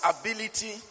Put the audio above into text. ability